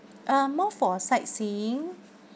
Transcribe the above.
uh more for sightseeing